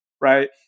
right